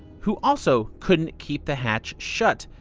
who also couldn't keep the hatch shut.